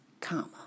Comma